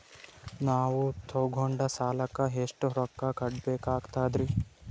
ನಾವು ತೊಗೊಂಡ ಸಾಲಕ್ಕ ಎಷ್ಟು ರೊಕ್ಕ ಕಟ್ಟಬೇಕಾಗ್ತದ್ರೀ?